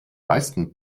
meisten